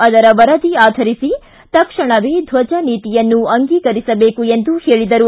ಅದರ ವರದಿ ಆಧರಿಸಿ ತಕ್ಷಣವೇ ಧ್ವಜ ನೀತಿಯನ್ನು ಅಂಗೀಕರಿಸಬೇಕು ಎಂದು ಹೇಳಿದರು